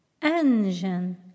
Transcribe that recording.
engine